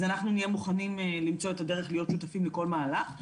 אז אנחנו נהיה מוכנים למצוא את הדרך להיות שותפים לכל מהלך.